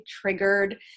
triggered